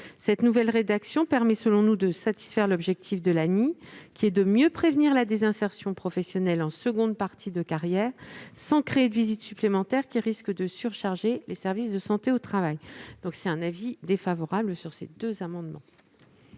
Cette nouvelle rédaction permet de satisfaire l'objectif de l'ANI, qui est de mieux prévenir la désinsertion professionnelle en seconde partie de carrière sans créer de visite supplémentaire risquant de surcharger les services de santé au travail. Par conséquent, la commission émet un avis défavorable sur ces amendements